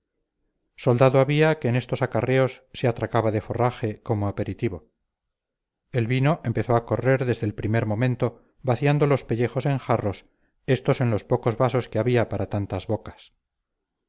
soldado había que en estos acarreos se atracaba de forraje como aperitivo el vino empezó a correr desde el primer momento vaciando los pellejos en jarros estos en los pocos vasos que había para tantas bocas